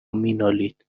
مینالید